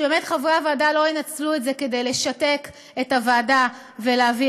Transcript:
שבאמת חברי הוועדה לא ינצלו את זה כדי לשתק את הוועדה ולהביא,